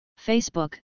Facebook